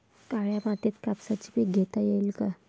काळ्या मातीत कापसाचे पीक घेता येईल का?